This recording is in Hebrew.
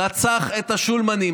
רצח את השולמנים.